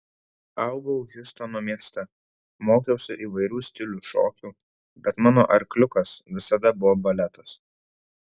augau hjustono mieste mokiausi įvairių stilių šokių bet mano arkliukas visada buvo baletas